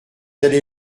allé